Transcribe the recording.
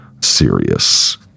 serious